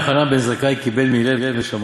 רבן יוחנן בן זכאי קיבל מהלל ומשמאי.